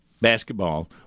basketball